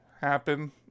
happen